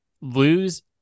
lose